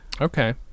okay